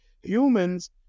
humans